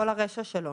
כל הרישה שלו